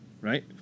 right